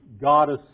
goddess